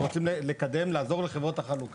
רוצים לקדם לעזור לחברות החלוקה.